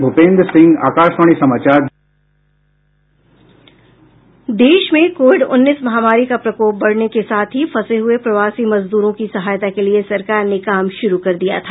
भूपेंद्र सिंह आकाशवाणी देश में कोविड उन्नीस महामारी का प्रकोप बढने के साथ ही फंसे हुए प्रवासी मजदूरों की सहायता के लिए सरकार ने काम शुरू कर दिया था